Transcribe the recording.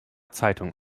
zeitung